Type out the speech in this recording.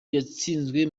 yatsinzwe